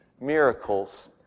miracles